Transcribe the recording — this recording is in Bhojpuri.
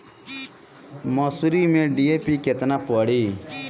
मसूर में डी.ए.पी केतना पड़ी?